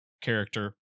character